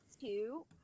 two